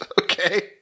Okay